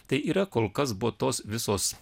tai yra kol kas buvo tos visos